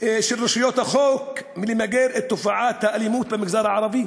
של רשויות החוק במיגור תופעת האלימות במגזר הערבי,